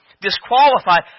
disqualified